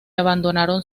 abandonaron